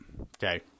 Okay